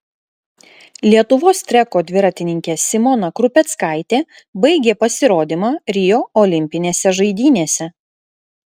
lietuvos treko dviratininkė simona krupeckaitė baigė pasirodymą rio olimpinėse žaidynėse